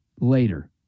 later